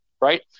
right